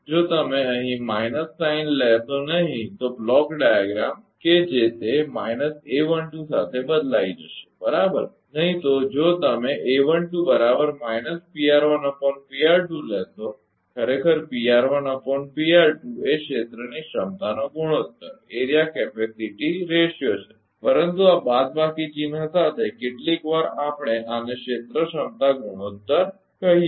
જો તમે અહીં માઈનસ સાઇન લેશો નહીં તો બ્લોક ડાયાગ્રામ કે જે તે સાથે બદલાઈ જશે બરાબર નહીં તો જો તમે લેશો ખરેખર એ ક્ષેત્રની ક્ષમતાનો ગુણોત્તર છે પરંતુ આ બાદબાકી ચિહ્ન સાથે કેટલીકવાર આપણે આને ક્ષેત્ર ક્ષમતા ગુણોત્તર પણ કહીએ છીએ